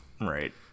Right